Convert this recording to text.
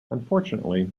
unfortunately